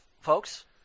Folks